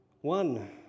One